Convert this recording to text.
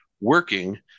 working